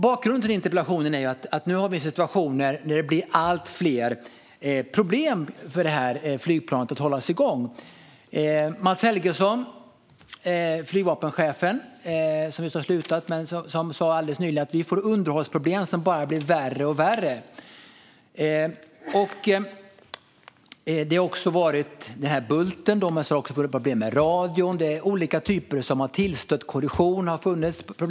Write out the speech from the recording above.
Bakgrunden till min interpellation är att vi nu har en situation där det blir allt fler problem med att hålla igång detta flygplan. Mats Helgesson, flygvapenchefen som just har slutat, sa alldeles nyligen att vi får underhållsproblem som bara blir värre och värre. Förutom med den här bulten har det varit problem med radion och annat som tillstött. Problem med korrosion har funnits.